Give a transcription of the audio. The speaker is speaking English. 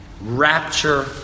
Rapture